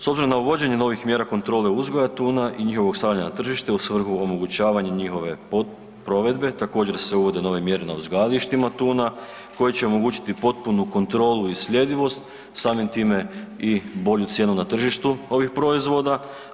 S obzirom na uvođenje novih mjera kontrole uzgoja tuna i njihovog stavljanja na tržište u svrhu omogućavanja njihove provedbe također se uvode nove mjere na uzgajalištima tuna koje će omogućiti popunu kontrolu i sljedivost, samim time i bolju cijenu na tržištu ovih proizvoda.